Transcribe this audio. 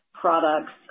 products